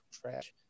trash